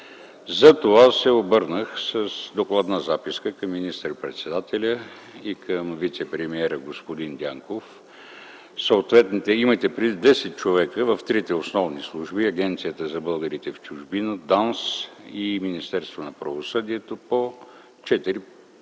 Затова се обърнах с докладна записка към министър-председателя и към вицепремиера господин Дянков. В трите основни служби – Агенцията за българите в чужбина, ДАНС и Министерството на правосъдието,